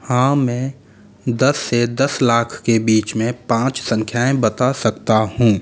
हाँ मैं दस से दस लाख के बीच में पाँच संख्याएँ बता सकता हूँ